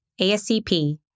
ASCP